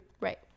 Right